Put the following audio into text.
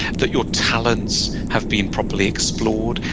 that your talents have been properly explored,